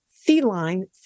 feline